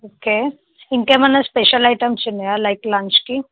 okay ఇంకా ఏమైనా special items ఉన్నాయా లైక్ లంచ్కి